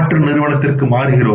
மற்ற நிறுவனத்திற்கு மாறுகிறோம்